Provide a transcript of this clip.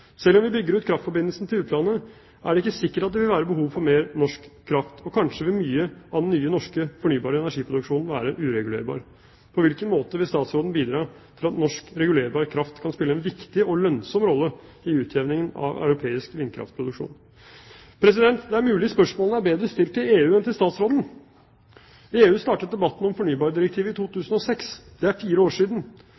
Selv om vi bygger ut kraftforbindelsen til utlandet, er det ikke sikkert at det vil være behov for mer norsk kraft, og kanskje vil mye av den nye norske fornybare energiproduksjonen være uregulerbar. På hvilken måte vil statsråden bidra til at norsk regulerbar kraft kan spille en viktig og lønnsom rolle i utjevningen av europeisk vindkraftproduksjon? Det er mulig spørsmålene er bedre stilt til EU enn til statsråden. I EU startet debatten om fornybardirektivet i